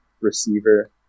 receiver